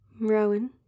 Rowan